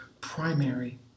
primary